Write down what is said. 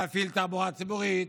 להפעיל תחבורה ציבורית,